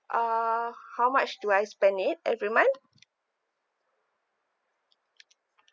uh how much do I spend it every month